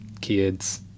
kids